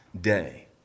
day